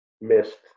missed